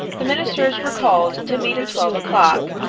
the ministers were called to meet at twelve o'clock.